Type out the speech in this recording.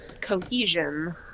cohesion